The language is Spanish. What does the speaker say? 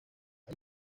hay